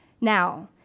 Now